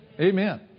Amen